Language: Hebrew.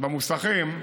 במוסכים.